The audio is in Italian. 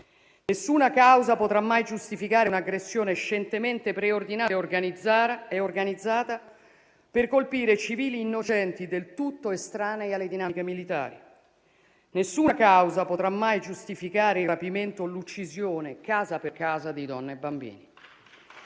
Nessuna causa potrà mai giustificare un'aggressione scientemente preordinata e organizzata per colpire civili innocenti, del tutto estranei alle dinamiche militari. Nessuna causa potrà mai giustificare il rapimento o l'uccisione casa per casa di donne e bambini.